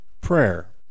prayer